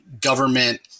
government